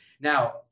Now